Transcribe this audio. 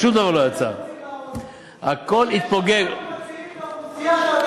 תודה שאנחנו מצילים את האוכלוסייה שאתה מייצג.